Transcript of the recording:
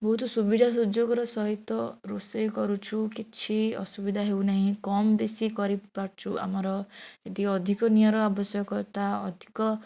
ବହୁତ ସୁବିଧା ସୁଯୋଗର ସହିତ ରୋଷେଇ କରୁଛୁ କିଛି ଅସୁବିଧା ହେଉନାହିଁ କମ୍ ବେଶି କରିପାରୁଛୁ ଆମର ଯଦି ଅଧିକ ନିଆଁର ଆବଶ୍ୟକତା ଅଧିକ